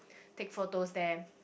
take photos there